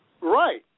Right